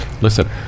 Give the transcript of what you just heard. Listen